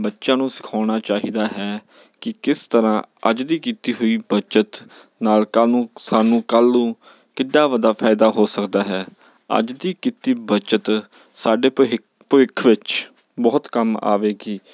ਬੱਚਿਆਂ ਨੂੰ ਸਿਖਾਉਣਾ ਚਾਹੀਦਾ ਹੈ ਕਿ ਕਿਸ ਤਰ੍ਹਾਂ ਅੱਜ ਦੀ ਕੀਤੀ ਹੋਈ ਬੱਚਤ ਨਾਲ ਕੱਲ੍ਹ ਨੂੰ ਸਾਨੂੰ ਕੱਲ੍ਹ ਨੂੰ ਕਿੱਡਾ ਵੱਡਾ ਫਾਇਦਾ ਹੋ ਸਕਦਾ ਹੈ ਅੱਜ ਦੀ ਕੀਤੀ ਬੱਚਤ ਸਾਡੇ ਭਵਿੱਖ ਭਵਿੱਖ ਵਿੱਚ ਬਹੁਤ ਕੰਮ ਆਵੇਗੀ